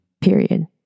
Period